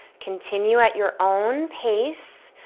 continue at your own pace,